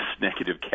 negative